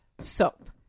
soap